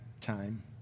time